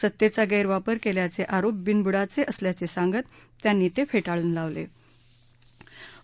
सत्तेचा गैरवापर केल्याचे आरोप बिनबुडाचे असल्याचे सांगत त्यांनी ते फेटाळून लावले आहेत